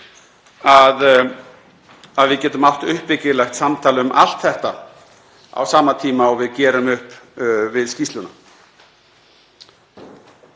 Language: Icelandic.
að við getum átt uppbyggilegt samtal um allt þetta á sama tíma og við gerum upp skýrsluna.